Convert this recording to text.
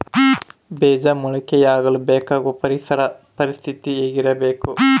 ಬೇಜ ಮೊಳಕೆಯಾಗಲು ಬೇಕಾಗುವ ಪರಿಸರ ಪರಿಸ್ಥಿತಿ ಹೇಗಿರಬೇಕು?